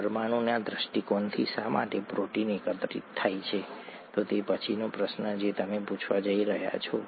પરમાણુ દૃષ્ટિકોણથી શા માટે પ્રોટીન એકત્ર થાય છે તે પછીનો પ્રશ્ન છે જે તમે પૂછવા જઈ રહ્યાં છો